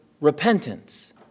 repentance